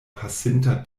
pasinta